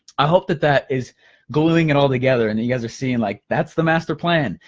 i hope that that is gluing it all together and you guys are seeing like that's the master plan.